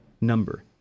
number